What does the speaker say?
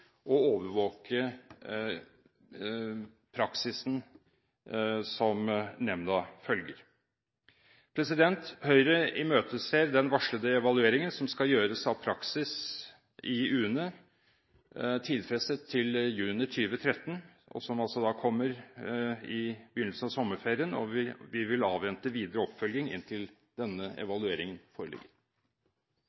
og overvåke praksisen som nemnda følger. Høyre imøteser den varslede evalueringen som skal gjøres av praksisen i UNE, tidfestet til juni 2013 og som da kommer i begynnelsen av sommerferien. Vi vil avvente videre oppfølging inntil denne